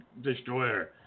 destroyer